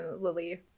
Lily